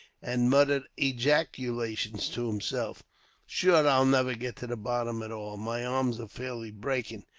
and muttered ejaculations to himself shure i'll never get to the bottom at all, my arms are fairly breaking.